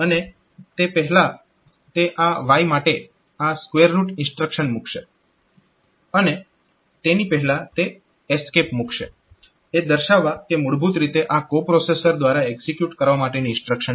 અને તે પહેલાં તે આ y માટે આ SQRT ઇન્સ્ટ્રક્શન મૂકશે અને તેની પહેલાં ESC મૂકશે એ દર્શાવવા કે મૂળભૂત રીતે આ કો પ્રોસેસર દ્વારા એક્ઝીક્યુટ કરવા માટેની ઇન્સ્ટ્રક્શન છે